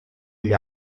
gli